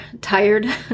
tired